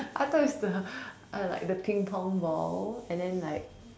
I thought it's the or like the Ping pong ball and then like